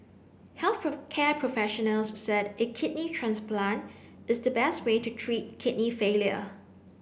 health care professionals said a kidney transplant is the best way to treat kidney failure